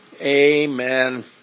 Amen